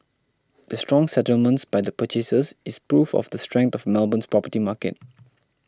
the strong settlements by the purchasers is proof of the strength of Melbourne's property market